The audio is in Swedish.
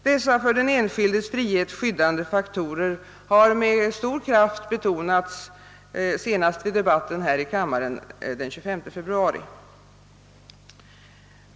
Dessa för den enskildes frihet skyddande faktorer har med stor kraft betonats, senast vid debatten här i kammaren den 25 februari.